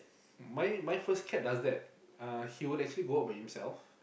my my first cat does that uh he will actually go out by himself